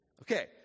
Okay